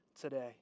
today